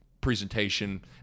presentation